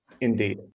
Indeed